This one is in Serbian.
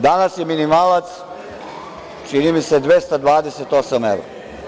Danas je minimalac, čini mi se, 228 evra.